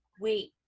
wait